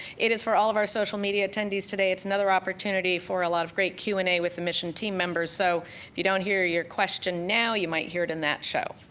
it is for all of our social media attendees today, it's another opportunity for a lot of great q and a with the mission team members, so if you don't hear your question now, you might hear it in that show.